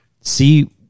See